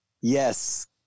Yes